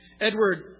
Edward